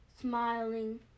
smiling